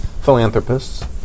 philanthropists